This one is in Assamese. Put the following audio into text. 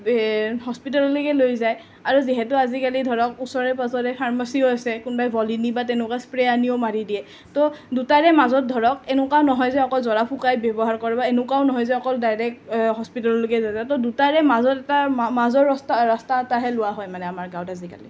হস্পিটেললৈকে লৈ যায় আৰু যিহেতু আজিকালি ধৰক ওচৰে পাঁজৰে ফাৰ্মাচিও আছে কোনোবাই ভলিনী বা তেনেকুৱা স্প্ৰে আনিও মাৰি দিয়ে তো দুটাৰে মাজত ধৰক এনেকুৱা নহয় যে অকল জৰা ফুকাই ব্যৱহাৰ কৰিব এনেকুৱাও নহয় যে অকল ডাইৰেক্ট হস্পিটেললৈকে লৈ যাব তো দুটাৰে মাজত এটা মাজৰ ৰাস্তা ৰাস্তা এটাহে লোৱা হয় মানে আমাৰ গাঁৱত আজিকালি